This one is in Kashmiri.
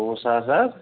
ژۄوُہ ساس حظ